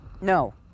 No